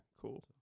cool